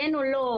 כן או לא,